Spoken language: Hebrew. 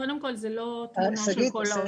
קודם כל זה לא תלונה של כל ההוסטלים.